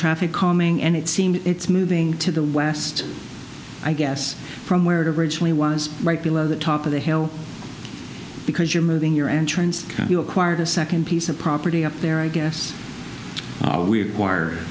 traffic calming and it seemed it's moving to the west i guess from where it originally was right below the top of the hill because you're moving your entrance you acquired a second piece of property up there i guess